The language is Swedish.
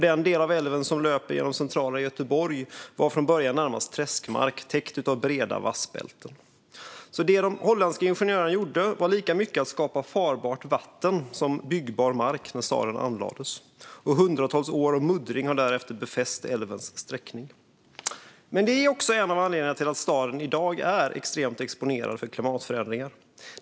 Den del av älven som löper genom centrala Göteborg var från början närmast träskmark, täckt av breda vassbälten. Det som de holländska ingenjörerna gjorde när staden anlades var alltså lika mycket att skapa farbart vatten som att skapa byggbar mark. Hundratals år av muddring har därefter befäst älvens sträckning. Detta är också en av anledningarna till att staden i dag är extremt exponerad för klimatförändringar.